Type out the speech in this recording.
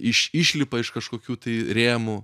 iš išlipa iš kažkokių tai rėmų